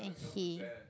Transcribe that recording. and he